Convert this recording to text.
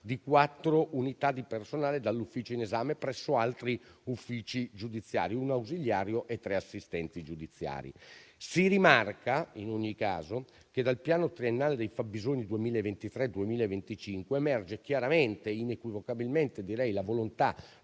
di quattro unità di personale dall'ufficio in esame presso altri uffici giudiziari, uno ausiliario e tre assistenti giudiziari. Si rimarca, in ogni caso, che dal piano triennale dei fabbisogni 2023-2025 emerge chiaramente - inequivocabilmente, direi - la volontà